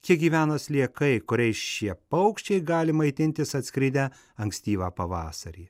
kiek gyvena sliekai kuriais šie paukščiai gali maitintis atskridę ankstyvą pavasarį